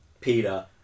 Peter